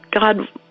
God